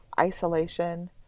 isolation